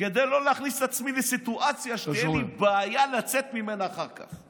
כדי לא להכניס את עצמי לסיטואציה שתהיה לי בעיה לצאת ממנה אחר כך,